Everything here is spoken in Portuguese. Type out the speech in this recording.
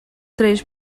três